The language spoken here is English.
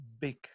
big